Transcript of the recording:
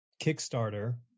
Kickstarter